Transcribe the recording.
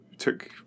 took